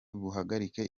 buhagarike